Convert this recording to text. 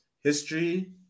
history